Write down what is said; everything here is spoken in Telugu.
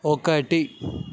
ఒకటి